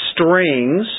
strings